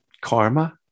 karma